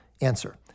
Answer